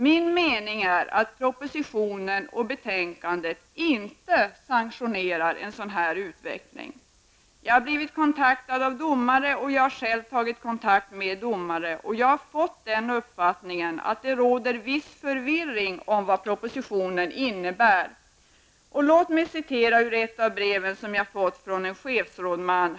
Min mening är att en sådan utveckling inte sanktioneras i propositionen och i betänkandet. Jag har blivit kontaktad av domare, och jag har själv tagit kontakt med domare, och jag har fått uppfattningen att det råder viss förvirring om vad propositionen innebär. Jag skall läsa ur ett av breven som jag har fått från en chefrådman.